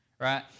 Right